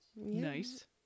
Nice